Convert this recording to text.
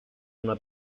una